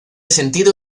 sentido